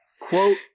Quote